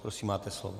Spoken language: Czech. Prosím, máte slovo.